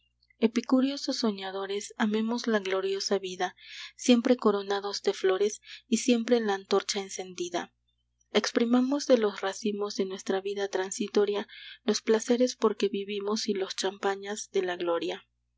epicúreos o soñadores amemos la gloriosa vida siempre coronados de flores y siempre la antorcha encendida exprimamos de los racimos de nuestra vida transitoria los placeres porque vivimos y los champañas de la gloria